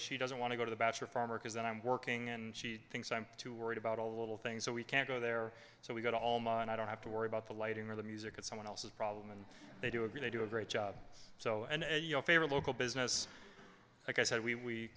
she doesn't want to go to the bachelor farmer because i'm working and she thinks i'm too worried about all the little things that we can't go there so we've got all mine i don't have to worry about the lighting or the music it's someone else's problem and they do agree they do a great job so and your favorite local business like i said we we